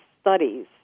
studies